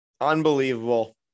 Unbelievable